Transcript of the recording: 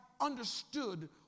understood